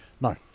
no